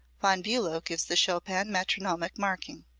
von bulow gives the chopin metronomic marking.